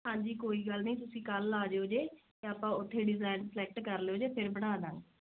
ਹਾਂਜੀ ਕੋਈ ਗੱਲ ਨੀ ਤੁਸੀਂ ਕੱਲ ਆ ਜਿਓ ਜੇ ਤੇ ਆਪਾਂ ਓਥੇ ਡਜੈਨ ਸਲੈਕਟ ਕਰ ਲਿਓ ਜੇ ਫੇਰ ਬਣਾਦਾਂਗੇ